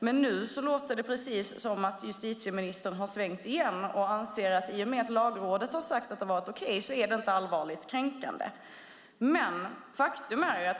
Men nu låter det som att justitieministern har svängt och anser att i och med att Lagrådet har sagt att direktivet är okej är det inte allvarligt kränkande.